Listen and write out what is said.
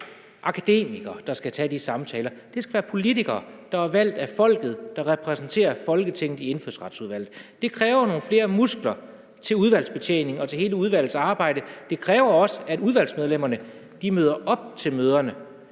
djøffere, akademikere, der skal tage de samtaler. Det skal være politikere, der er valgt at folket, som er repræsenteret i Folketingets Indfødsretsudvalg. Det kræver nogle flere muskler til udvalgsbetjeningen og til hele udvalgets arbejde. Det kræver også, at udvalgsmedlemmerne møder op til møderne,